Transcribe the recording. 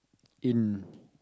in